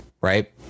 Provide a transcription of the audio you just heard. right